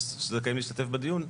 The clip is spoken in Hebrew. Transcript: שזכאים להשתתף בדיון,